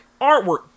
Artwork